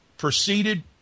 proceeded